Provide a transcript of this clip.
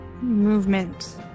movement